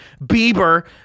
Bieber